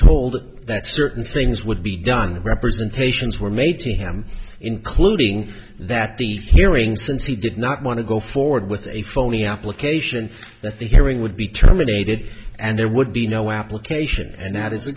told that certain things would be done representations were made to him including that the hearing since he did not want to go forward with a phony application that the hearing would be terminated and there would be no application and that is the